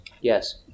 Yes